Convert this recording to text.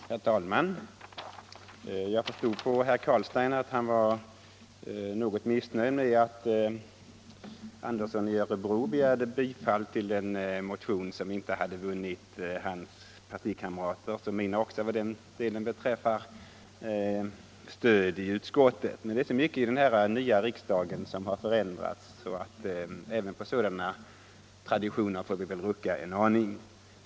Herr talman! Jag förstod att herr Carlstein var något missnöjd med att herr Andersson i Örebro yrkade bifall till den motion som inte hade vunnit hans partikamraters — och inte mina heller vad den delen beträffar — stöd i utskottet. Men det är så mycket i den nya riksdagen som har förändrats så även på sådana traditioner får vi rucka en aning.